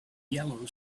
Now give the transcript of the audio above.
yellow